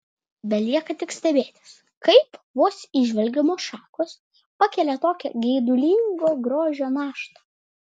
belieka tik stebėtis kaip vos įžvelgiamos šakos pakelia tokią geidulingo grožio naštą